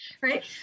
right